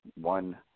one